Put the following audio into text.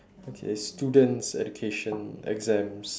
okay students education exams